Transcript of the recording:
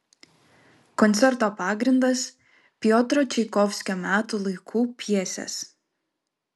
koncerto pagrindas piotro čaikovskio metų laikų pjesės